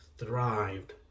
thrived